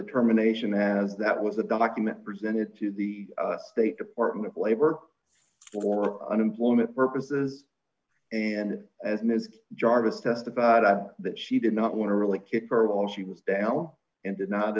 the determination has that was a document presented to the state department of labor for unemployment purposes and as ms jarvis testified that she did not want to really kick her while she was down and did not